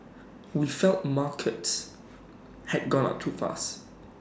we felt markets had gone up too fast